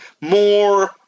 more